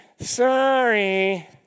Sorry